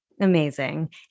amazing